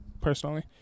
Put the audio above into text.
personally